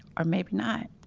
or, maybe not